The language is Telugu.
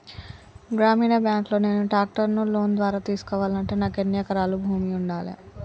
గ్రామీణ బ్యాంక్ లో నేను ట్రాక్టర్ను లోన్ ద్వారా తీసుకోవాలంటే నాకు ఎన్ని ఎకరాల భూమి ఉండాలే?